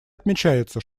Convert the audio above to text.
отмечается